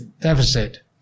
deficit